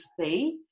stay